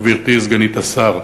גברתי סגנית השר: